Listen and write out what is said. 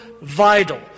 vital